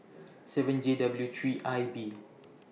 seven J W three I B